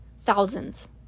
thousands